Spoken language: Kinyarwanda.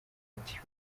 ati